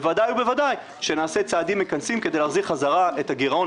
בוודאי ובוודאי שנעשה צעדים מכנסים כדי להחזיר חזרה את הגרעון,